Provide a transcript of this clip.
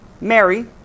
Mary